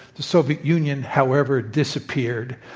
the soviet union, however, disappeared.